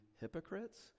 hypocrites